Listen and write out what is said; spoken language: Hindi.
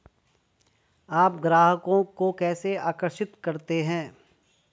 आप ग्राहकों को कैसे आकर्षित करते हैं?